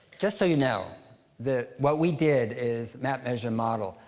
just so you know that what we did is map, measure, model.